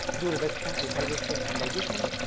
do reduction alkylation and digestion,